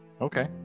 Okay